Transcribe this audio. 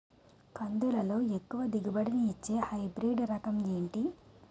కందుల లో ఎక్కువ దిగుబడి ని ఇచ్చే హైబ్రిడ్ రకం ఏంటి?